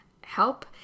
help